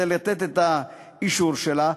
כדי שתיתן את האישור שלה,